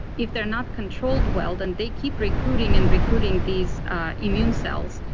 if they're not controlled, well, then they keep recruiting and recruiting these immune cells,